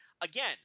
Again